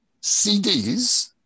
CDs